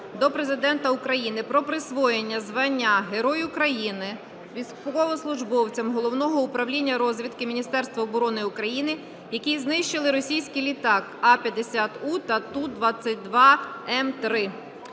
до Президента України про присвоєння звання Герой України військовослужбовцям Головного управління розвідки Міністерства оборони України, які знищили російські літаки А-50У та Ту-22М3.